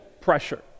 pressure